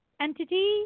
entity